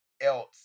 else